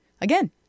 Again